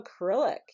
acrylic